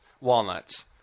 walnuts